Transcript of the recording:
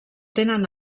tenen